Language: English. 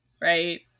right